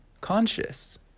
conscious